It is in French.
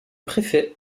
préfet